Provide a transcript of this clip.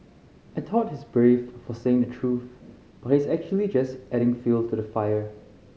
he thought he's brave for saying the truth but he's actually just adding fuel to the fire